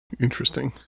Interesting